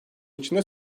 içinde